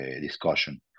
discussion